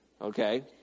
okay